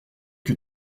que